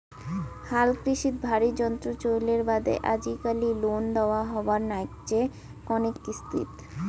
হালকৃষিত ভারী যন্ত্রর চইলের বাদে আজিকালি লোন দ্যাওয়া হবার নাইগচে কণেক কিস্তিত